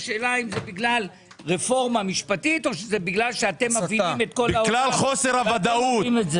אם זה בגלל רפורמה משפטית או בגלל- -- בגלל חוסר ודאות.